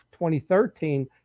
2013